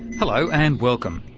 hello, and welcome.